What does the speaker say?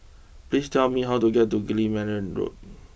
please tell me how to get to Guillemard Road